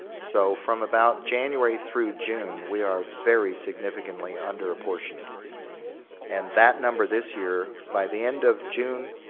so, from about january through june we are very significantly under apportionment and that number this year, by the end of june,